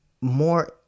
more